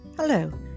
Hello